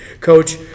Coach